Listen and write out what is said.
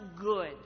good